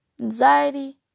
anxiety